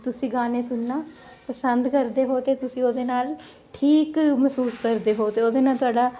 ਤੁਸੀਂ ਗਾਨੇ ਸੁਣਨਾ ਪਸੰਦ ਕਰਦੇ ਹੋ ਤੇ ਤੁਸੀਂ ਉਹਦੇ ਨਾਲ ਠੀਕ ਮਹਿਸੂਸ ਕਰਦੇ ਹੋ ਤੇ ਉਹਦੇ ਨਾਲ ਤੁਹਾਡਾ